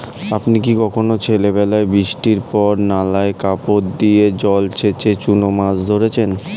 আপনি কি কখনও ছেলেবেলায় বৃষ্টির পর নালায় কাপড় দিয়ে জল ছেঁচে চুনো মাছ ধরেছেন?